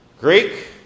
Greek